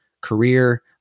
career